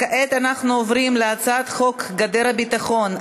כעת אנחנו עוברים להצעת חוק גדר הביטחון,